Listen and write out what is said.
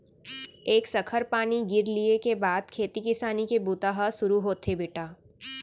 एक सखर पानी गिर लिये के बाद खेती किसानी के बूता ह सुरू होथे बेटा